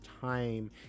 time